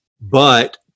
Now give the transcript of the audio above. But-